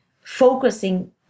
focusing